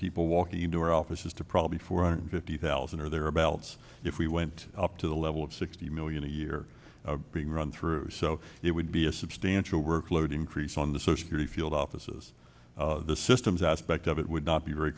people walking into our offices to probably four hundred fifty thousand or thereabouts if we went up to the level of sixty million a year being run through so it would be a substantial workload increase on the search through the field offices the systems aspect of it would not be very